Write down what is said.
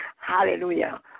hallelujah